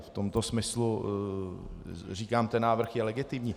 V tomto smyslu říkám, ten návrh je legitimní.